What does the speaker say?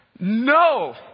No